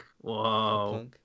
Whoa